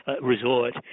resort